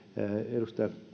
edustaja